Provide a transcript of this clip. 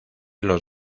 los